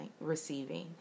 receiving